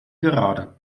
gerade